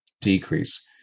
decrease